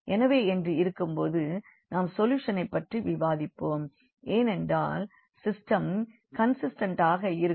எனவே β 1 என்று இருக்கும் போது நாம் சொல்யூஷனைபற்றி விவாதிப்போம் ஏனென்றால் சிஸ்டம் கண்சிஸ்டன்டாக இருக்கும்